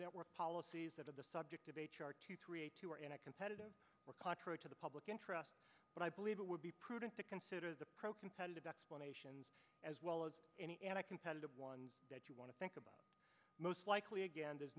network policies of the subject of h r to create two are in a competitive or contrary to the public interest but i believe it would be prudent to consider the pro competitive explanations as well as any anti competitive ones that you want to think about most likely again there's